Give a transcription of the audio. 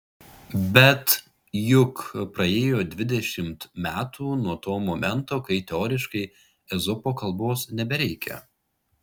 bet juk praėjo dvidešimt metų nuo to momento kai teoriškai ezopo kalbos nebereikia